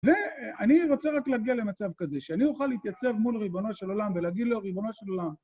ואני רוצה רק להגיע למצב כזה, שאני אוכל להתייצב מול רבונו של עולם ולהגיד לו, רבונו של עולם,